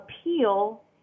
appeal